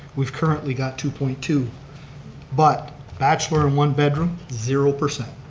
we've currently got two point two but that's we're in one bedroom, zero percent